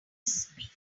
speech